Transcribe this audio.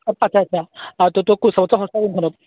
আচ্ছা আচ্ছা ত' চবতকৈ সস্তা কোনখনত